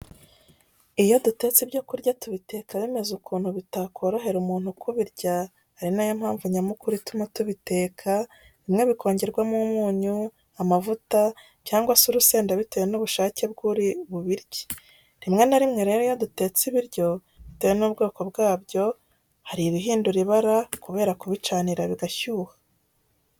Iyo dutetse ibyo kurya tubiteka bimeze ukuntu bitakorohera umuntu kubirya, ari na yo mpamvu nyamukuru ituma tubiteka, bimwe bikongerwamo umunyu, amavuta cyangwa se urusenda bitewe n'ubushake bw'uri bubirye. Rimwe na rimwe rero iyo dutetse ibiryo bitewe n'ubwoko bwabyo hari ibihindura ibara kubera kubicanira bigashyuha.